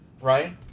right